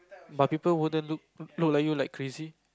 but people wouldn't look look like you like crazy